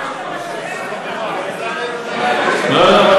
אני רואה שאתה מחפש את, לא, לא.